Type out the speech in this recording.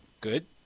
Good